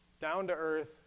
down-to-earth